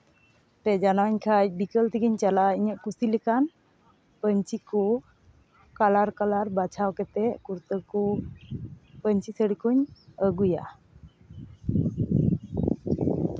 ᱯᱮ ᱡᱟᱱᱟᱣᱤᱧ ᱠᱷᱟᱱ ᱵᱤᱠᱮᱞ ᱛᱮᱜᱤᱧ ᱪᱟᱞᱟᱜᱼᱟ ᱤᱧᱟᱹᱜ ᱠᱩᱥᱤ ᱞᱮᱠᱟᱱ ᱯᱟᱹᱧᱪᱤ ᱠᱚ ᱠᱟᱞᱟᱨ ᱠᱟᱞᱟᱨ ᱵᱟᱪᱷᱟᱣ ᱠᱟᱛᱮᱫ ᱠᱩᱨᱛᱟᱹ ᱠᱚ ᱯᱟᱹᱧᱪᱤ ᱥᱟᱹᱲᱤ ᱠᱩᱧ ᱟᱹᱜᱩᱭᱟ